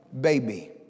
baby